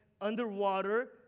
underwater